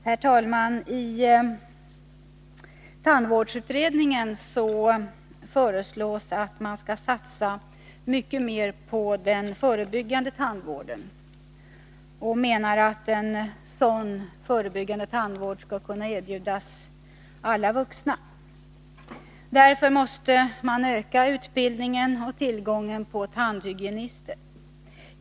Herr talman! I tandvårdsutredningen föreslås att man skall satsa mycket mer än man gör på den förebyggande tandvården, och det anförs att en sådan skall kunna erbjudas alla vuxna. Därför måste utbildningen av och tillgången på tandhygienister öka.